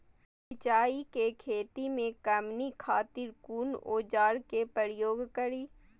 मिरचाई के खेती में कमनी खातिर कुन औजार के प्रयोग करी?